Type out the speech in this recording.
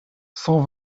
cent